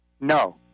No